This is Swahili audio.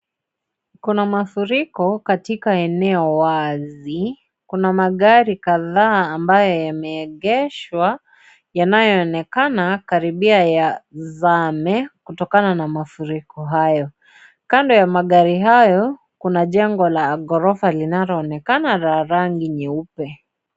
Kuna mafuriko katika eneo wazi. Kuna magari kadhaa ambaye yameegeshwa yanayoonekana karibia yazame kutokana na mafuriko hayo. Kando ya magari hayo kuna jeng la gorofa linaloonekana la rangi nyeupe.